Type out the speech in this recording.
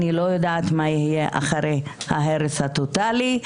אני לא יודעת מה יהיה אחרי ההרס הטוטלי,